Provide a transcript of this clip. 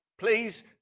Please